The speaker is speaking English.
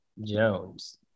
Jones